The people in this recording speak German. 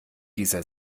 dieser